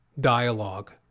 dialogue